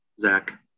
Zach